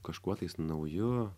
kažkuo tais nauju